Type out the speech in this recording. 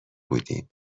بودیم